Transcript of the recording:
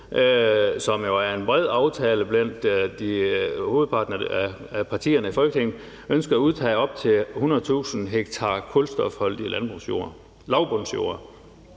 som jo er en bred aftale blandt hovedparten af partierne i Folketinget, ønsket at udtage op til 100.000 ha kulstofholdigt lavbundsjorder.